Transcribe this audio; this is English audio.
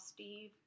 Steve